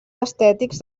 estètics